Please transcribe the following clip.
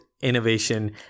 innovation